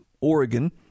Oregon